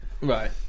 right